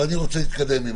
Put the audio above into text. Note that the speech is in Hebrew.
אבל אני רוצה להתקדם.